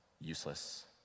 useless